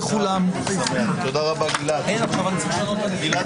ולכן התקנות תובאנה